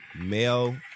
male